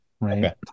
right